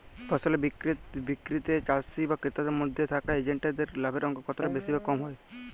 ফসলের বিক্রিতে চাষী ও ক্রেতার মধ্যে থাকা এজেন্টদের লাভের অঙ্ক কতটা বেশি বা কম হয়?